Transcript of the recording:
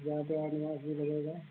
क्या क्या निवास भी लगेगा